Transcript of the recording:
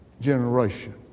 generation